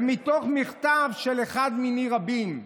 מתוך מכתב של אחד מיני רבים,